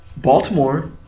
Baltimore